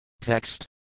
Text